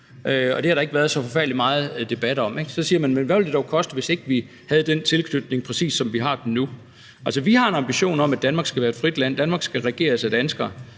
EU. Det har der ikke været så forfærdelig meget debat om. Så siger man: Men hvad ville det dog koste, hvis ikke vi havde den tilknytning, præcis som vi har den nu? Vi har en ambition om, at Danmark skal være et frit land. Danmark skal regeres af danskere